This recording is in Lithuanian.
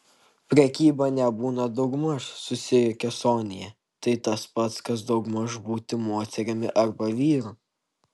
prekyba nebūna daugmaž susijuokė sonia tai tas pats kas daugmaž būti moterimi arba vyru